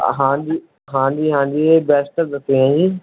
ਹਾਂਜੀ ਹਾਂਜੀ ਹਾਂਜੀ ਇਹ ਬੈਸਟ ਦੱਸੇ ਹੈ ਜੀ